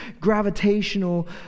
gravitational